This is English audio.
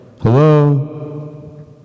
hello